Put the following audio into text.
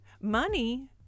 Money